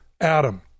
Adam